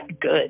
good